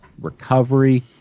recovery